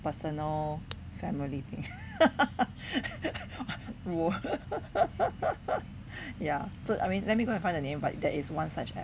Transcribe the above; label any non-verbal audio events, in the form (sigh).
personal family thing (laughs) (breath) ya let me go find the name but there is one such apps